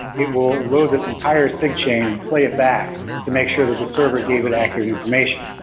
it will load this entire sigchain and play it back to make sure that the server gave it accurate information.